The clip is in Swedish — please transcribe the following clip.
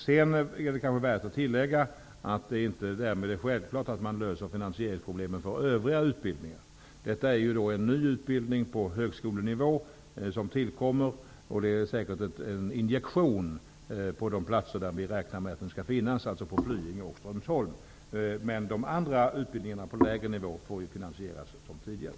Det är kanske värt att tillägga att det därmed inte är självklart att man löser finansieringsproblemen för övriga utbildningar. Detta är en tillkommande utbildning på högskolenivå. Det är säkert en injektion på de platser där vi räknar med att den skall finnas, alltså på Flyinge och Strömsholm. Men de andra utbildningarna, på lägre nivå, får finansieras som tidigare.